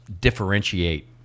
differentiate